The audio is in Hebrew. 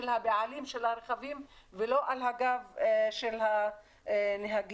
הבעלים של הרכבים ולא על הגב של הנהגים.